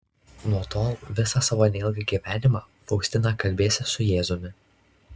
nuo tol visą savo neilgą gyvenimą faustina kalbėsis su jėzumi